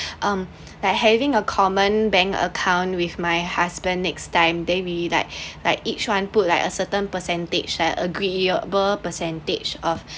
um like having a common bank account with my husband next time then really like like each one put like a certain percentage at agreeable percentage of